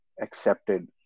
accepted